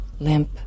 Limp